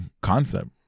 concept